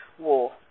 war